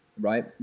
right